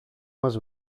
μας